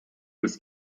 was